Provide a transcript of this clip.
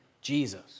Jesus